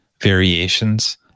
variations